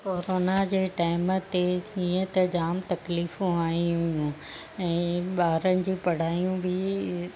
corona जे time ते हीअं त जाम तकलीफ़ूं आइयूं हुयूं ऐं ॿारनि जी पढ़ाइयूं बि